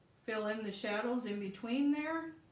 fill in the shadows in between there